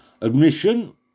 Admission